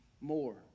more